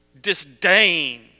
disdain